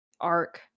arc